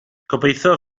gobeithio